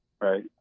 right